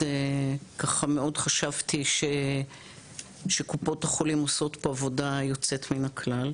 מאוד חשבתי שקופות החולים עושות פה עבודה יוצאת מן הכלל.